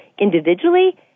individually